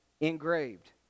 Engraved